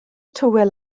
tywel